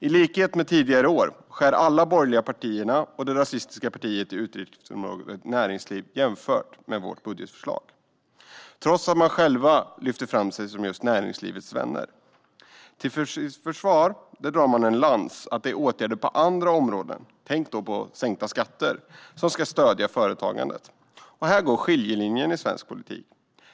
I likhet med tidigare år skär alla de borgerliga partierna och det rasistiska partiet ned på utgiftsområdet näringsliv jämfört med vårt budgetförslag, trots att de själva lyfter fram sig som näringslivets vänner. Till sitt försvar drar de en lans för att det är åtgärder på andra områden - tänk då sänkta skatter - som ska stödja företagandet. Här går skiljelinjen i svensk politik.